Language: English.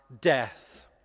death